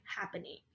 happening